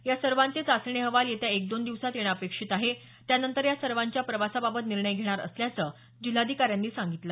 या सर्वांचे चाचणी अहवाल येत्या एक दोन दिवसांत येणं अपेक्षित आहे त्यानंतर या सर्वांच्या प्रवासाबाबत निर्णय घेणार असल्याचं जिल्हाधिकाऱ्यांनी सांगितलं